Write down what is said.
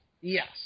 Yes